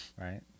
right